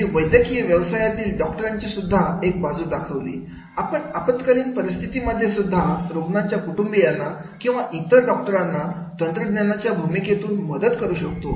मी वैद्यकीय व्यवसायातील डॉक्टरांची सुद्धा एक बाजू दाखवली आपण आपत्कालीन परिस्थितीमध्ये सुद्धा रुग्णाच्या कुटुंबीयांना किंवा इतर डॉक्टरांना तंत्रज्ञानाच्या भूमिकेतून मदत करू शकतो